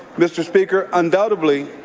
mr. speaker, undoubtedly,